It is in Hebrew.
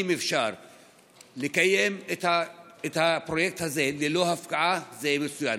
אם אפשר לקיים את הפרויקט הזה ללא הפקעה זה מצוין.